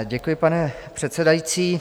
Děkuji, pane předsedající.